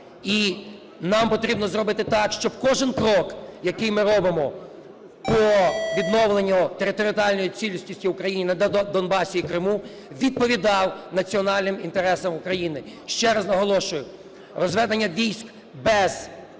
і нам потрібно зробити так, щоб кожен крок, який ми робимо по відновленню територіальної цілісності на Донбасі і в Криму, відповідав національним інтересам України. Ще раз наголошую, розведення військ без припинення